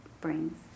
brings